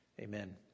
Amen